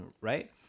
right